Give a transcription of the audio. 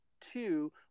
two